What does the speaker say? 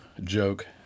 joke